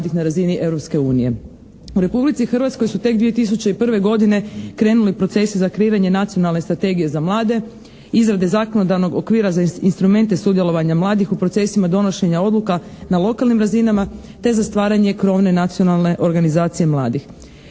U Republici Hrvatskoj su tek 2001. godine krenuli procesi za kreiranje nacionalne strategije za mlade, izrade zakonodavnog okvira za instrumente sudjelovanja mladih u procesima donošenja odluka na lokalnim razinama te za stvaranje krovne nacionalne organizacije mladih.